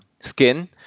skin